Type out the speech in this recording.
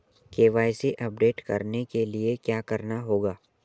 KYC update करने के लिए क्या करना होगा?